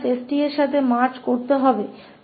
तो इस 𝑓 𝑡 और इस eat के साथ e st विलय हो जाएगा